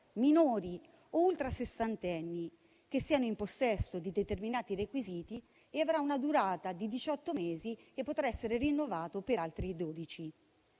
minori e ultrasessantenni che siano in possesso di determinati requisiti; avrà una durata di diciotto mesi e potrà essere rinnovato per altri